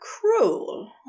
cruel